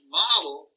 model